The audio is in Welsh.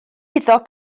iddo